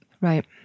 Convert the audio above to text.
Right